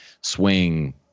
swing